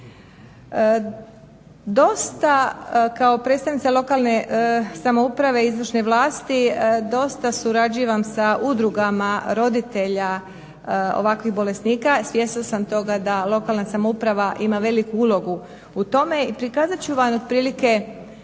Dosta kao predstavnica lokalne samouprave i izvršne vlasti dosta surađivam sa udrugama roditelja ovakvih bolesnika. Svjesna sam toga da lokalna samouprava ima veliku ulogu u tome. I prikazat ću vam otprilike